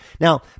Now